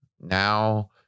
now